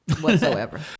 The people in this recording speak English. Whatsoever